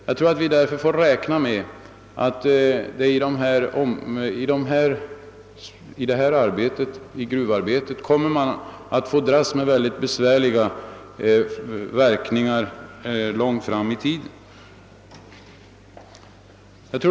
Jag tror därför vi får räkna med att gruvarbetarna kommer att få dras med besvärligheter långt fram i tiden.